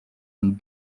and